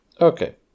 Okay